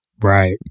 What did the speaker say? right